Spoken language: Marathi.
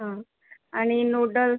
हं आणि नूडल